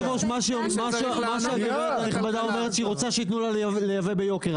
שהיא רוצה שיתנו לה לייבא ביוקר.